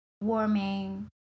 warming